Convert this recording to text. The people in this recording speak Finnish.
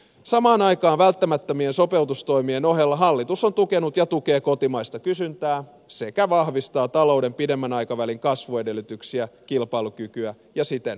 samaan aikaan välttämättömien sopeutustoimien ohella hallitus on tukenut ja tukee kotimaista kysyntää sekä vahvistaa talouden pidemmän aikavälin kasvuedellytyksiä kilpailukykyä ja siten työllisyyttä